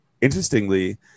interestingly